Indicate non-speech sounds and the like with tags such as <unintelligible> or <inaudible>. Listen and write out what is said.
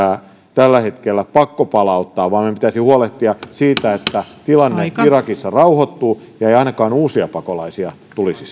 tällä hetkellä pakkopalauttaa vaan meidän pitäisi huolehtia siitä että tilanne irakissa rauhoittuu eikä ainakaan uusia pakolaisia tulisi <unintelligible>